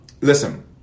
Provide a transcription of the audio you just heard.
Listen